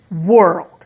world